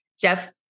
jeff